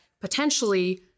potentially